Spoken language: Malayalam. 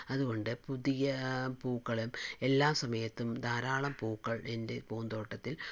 അതുകൊണ്ട് പുതിയ പൂക്കളും എല്ലാം സമയത്തും ധാരാളം പൂക്കൾ എൻ്റെ പൂന്തോട്ടത്തിൽ